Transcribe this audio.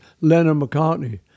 Lennon-McCartney